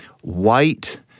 white